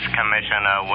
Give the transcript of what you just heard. Commissioner